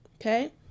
Okay